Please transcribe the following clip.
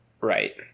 Right